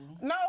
no